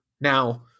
Now